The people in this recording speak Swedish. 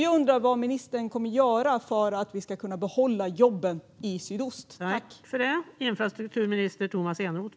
Jag undrar vad ministern kommer att göra för att vi ska kunna behålla jobben i sydöstra Sverige.